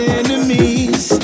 enemies